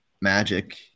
magic